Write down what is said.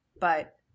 But-